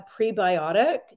prebiotic